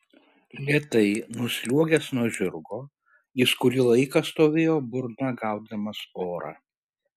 lėtai nusliuogęs nuo žirgo jis kurį laiką stovėjo burna gaudydamas orą